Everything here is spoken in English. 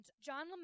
John